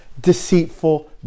deceitful